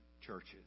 churches